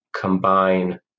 combine